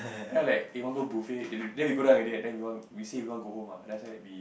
then I like eh want go buffet then then we go down already right then we want say we want go home ah then after that we